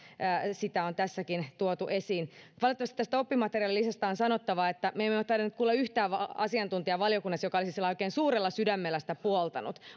sitä on tässäkin tuotu esiin valitettavasti tästä oppimateriaalilisästä on sanottava että me emme tainneet kuulla yhtään asiantuntijaa valiokunnassa joka olisi sillä lailla oikein suurella sydämellä sitä puoltanut